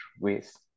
ways